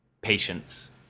patience